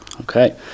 okay